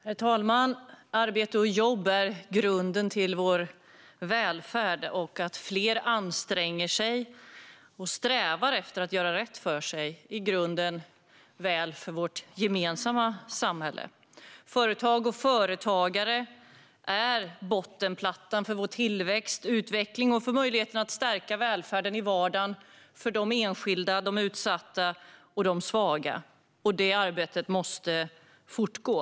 Herr talman! Arbete och jobb är grunden för vår välfärd. Att fler anstränger sig och strävar efter att göra rätt för sig är grunden för vårt gemensamma samhälle. Företag och företagare är bottenplattan för tillväxt och utveckling, som ger möjlighet att stärka välfärden i vardagen för enskilda, utsatta och svaga. Det arbetet måste fortgå.